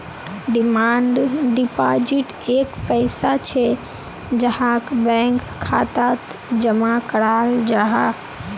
demand deposit एक पैसा छे जहाक बैंक खातात जमा कराल जाहा